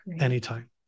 Anytime